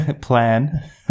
plan